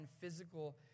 physical